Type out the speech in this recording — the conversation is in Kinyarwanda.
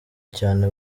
cyane